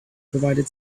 provided